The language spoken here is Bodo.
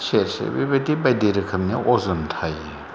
सेरसे बेबायदि बायदि रोखोमनि अ'जन थायो